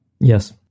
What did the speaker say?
Yes